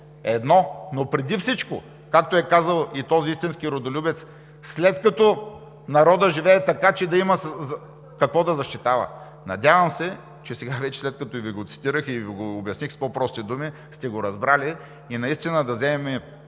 едно. Но преди всичко, както е казал и този истински родолюбец – след като народът живее така, че да има какво да защитава. Надявам се, че сега вече, след като Ви го цитирах и Ви го обясних с по-прости думи, сте го разбрали и наистина да вземем